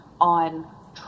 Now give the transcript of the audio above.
on